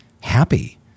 happy